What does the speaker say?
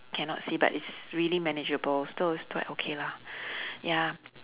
cannot see but it's really manageable so it's quite okay lah ya